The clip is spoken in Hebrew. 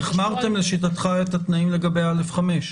החמרתם, לשיטתך, את התנאים לגבי א5.